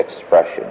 expression